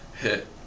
hit